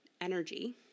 energy